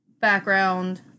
background